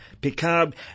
Picard